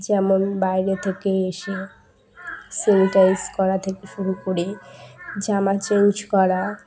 যেমন বাইরে থেকে এসে স্যানিটাইজ করা থেকে শুরু করে জামা চেঞ্জ করা